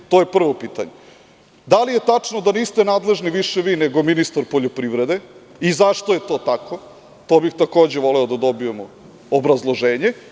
Da li je tačno da niste nadležni više vi, nego ministar poljoprivrede i zašto je to tako to bi takođe voleo da dobijemo obrazloženje?